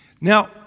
Now